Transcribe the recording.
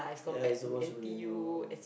ya it's the most renowned